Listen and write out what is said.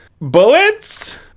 Bullets